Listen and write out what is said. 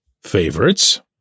favorites